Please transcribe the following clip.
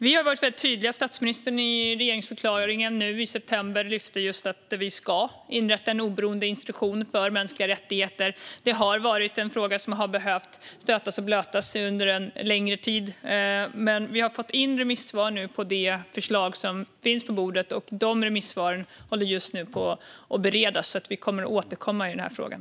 Vi har varit tydliga. I regeringsförklaringen nu i september lyfte statsministern att vi ska inrätta en oberoende institution för mänskliga rättigheter. Det är en fråga som har behövt stötas och blötas under en längre tid, men vi har nu fått in remissvar på det förslag som finns på bordet. De remissvaren håller på att beredas, så vi kommer att återkomma i den här frågan.